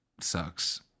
sucks